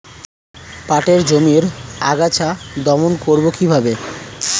পাটের জমির আগাছা দমন করবো কিভাবে?